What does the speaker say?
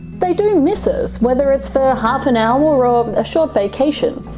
they do miss us, whether it's for half an hour or ah um a short vacation.